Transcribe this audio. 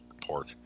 pork